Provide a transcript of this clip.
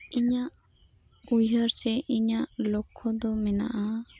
ᱤᱧᱟᱹᱜ ᱩᱭᱦᱟᱹᱨ ᱥᱮ ᱞᱚᱠᱠᱷᱚ ᱫᱚ ᱢᱮᱱᱟᱜᱼᱟ